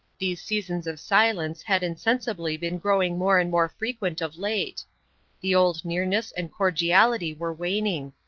these seasons of silence had insensibly been growing more and more frequent of late the old nearness and cordiality were waning.